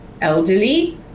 elderly